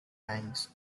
mans